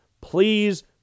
Please